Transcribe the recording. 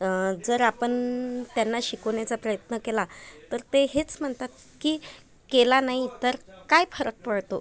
जर आपण त्यांना शिकवण्याचा प्रयत्न केला तर ते हेच म्हणतात की केला नाही तर काय फरक पडतो